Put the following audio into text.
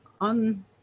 on